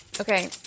Okay